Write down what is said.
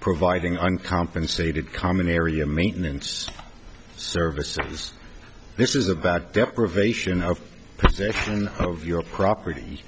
providing uncompensated common area maintenance services this is about deprivation of position of your property